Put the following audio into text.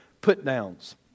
put-downs